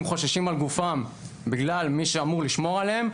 חוששים על גופם בגלל מי שאמור לשמור עליהם,